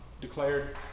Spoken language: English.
declared